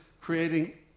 creating